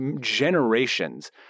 generations